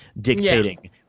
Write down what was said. dictating